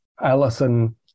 allison